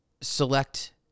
select